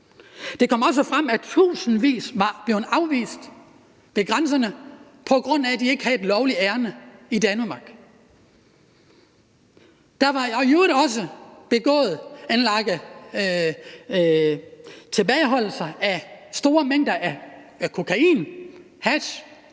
Det kom også frem, at tusindvis var blevet afvist ved grænserne, på grund af at de ikke havde et lovligt ærinde i Danmark. Der var i øvrigt også sket tilbageholdelse af store mængder kokain, hash,